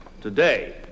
today